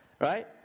right